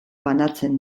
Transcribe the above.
banatzen